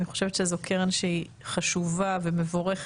אני חושבת שזאת קרן חשובה ומבורכת.